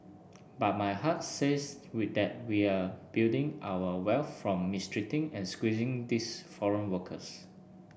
but my heart says we that we're building our wealth from mistreating and squeezing these foreign workers